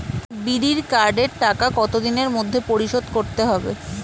বিড়ির কার্ডের টাকা কত দিনের মধ্যে পরিশোধ করতে হবে?